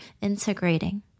integrating